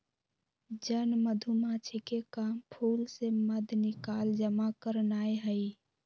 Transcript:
जन मधूमाछिके काम फूल से मध निकाल जमा करनाए हइ